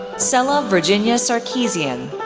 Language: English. sela virginia sarkisian,